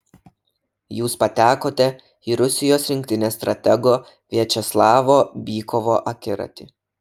jūs patekote į rusijos rinktinės stratego viačeslavo bykovo akiratį